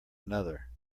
another